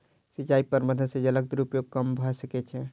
सिचाई प्रबंधन से जलक दुरूपयोग कम भअ सकै छै